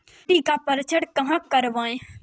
मिट्टी का परीक्षण कहाँ करवाएँ?